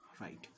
right